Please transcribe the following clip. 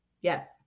Yes